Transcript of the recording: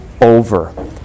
over